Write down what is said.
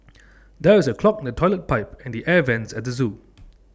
there is A clog in the Toilet Pipe and the air Vents at the Zoo